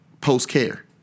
post-care